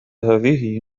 هذه